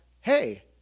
Hey